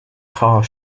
car